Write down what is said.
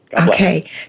Okay